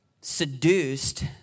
seduced